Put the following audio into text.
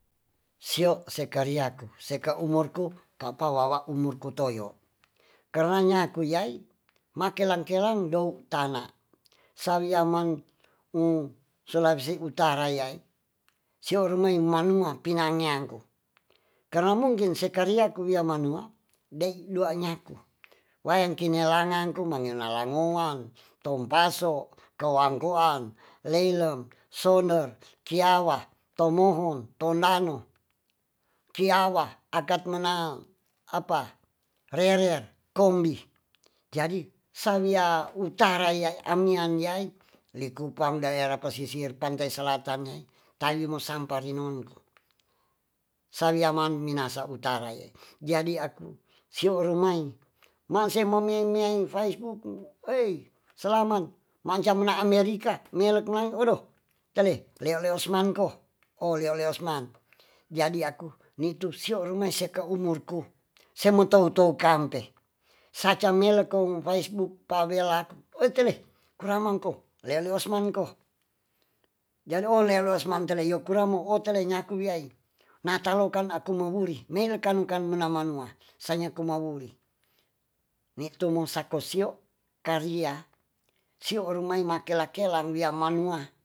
Sio sekariaku seka umur ku kapa wawa umur ku toyo karena nyaku yai makelang kelang dout tana saia mang ung sulawesi utara yaai sio ruma imanua pinangeang ku karna mungkin se kariaku wia manua dei dua nyaku wayang kinelangan ku mangena langowang, tompaso, kawangkoang leilem sonder kiawa tomohon tondano kiawa akat manaeng apa rerer kombi jadi sa wia utara angian yaai likupang daerah pesisir pantai selatan yai tawi mo sampari non ku saia mang minasa utara yai jadi aku sio rumai manse ma mia miai faisbuk ei selaman manca minaan mia rika mia mia leknang odo tale leo leo seman ko o leo leo seman jadi aku nitu sio rumai seka umur ku sema tau to kante saca ngelekong faisbuk pawelak e tele kuramang ko leo leo semanko jadi o leo leo seman yo kura mo o tele nyaku wiai natal okan aku mamuri neile kan kan mena manua sa nyaku mawuri nitu mo sako sio karia sio rumai ma kela kelang wia manua